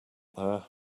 there